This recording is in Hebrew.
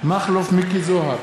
מכלוף מיקי זוהר,